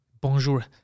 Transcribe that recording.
Bonjour